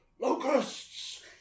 locusts